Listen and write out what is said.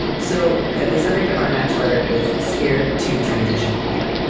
so the subject of our next letter is scared to transition again.